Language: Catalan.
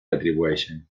atribueixen